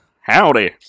Howdy